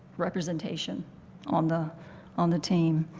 representation on the on the team.